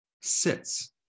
sits